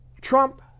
Trump